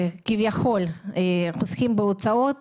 כביכול חוסכים בהוצאות,